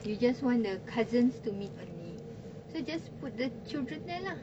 you just want the cousins to meet only so just put the children there lah